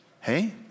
Hey